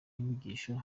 inyigisho